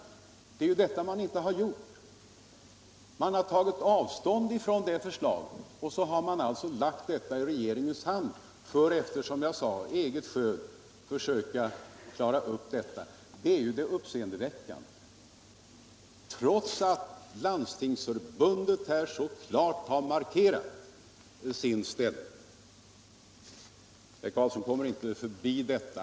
Det har man inte gjort. Man har tagit avstånd från det förslaget och lagt frågan i regeringens hand för att den efter, som jag sade, eget skön skall försöka klara upp den, trots att Landstingsförbundet så klart har markerat sin ställning. Det är det uppseendeväckande. Herr Carlsson kommer inte förbi detta.